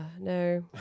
no